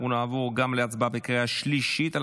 אנחנו נעבור להצבעה בקריאה שלישית על